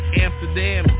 Amsterdam